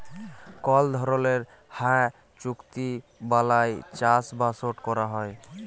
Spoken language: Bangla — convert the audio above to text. কল ধরলের হাঁ চুক্তি বালায় চাষবাসট ক্যরা হ্যয়